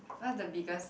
what's the biggest